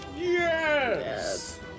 Yes